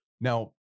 Now